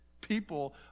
people